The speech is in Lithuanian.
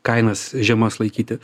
kainas žemas laikyti